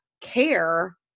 care